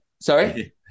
Sorry